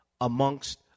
amongst